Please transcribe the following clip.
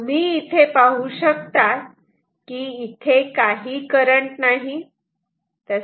तेव्हा तुम्ही इथे पाहू शकतात की इथे काही करंट नाही